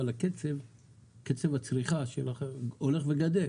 אבל קצב הצריכה הולך וגדל,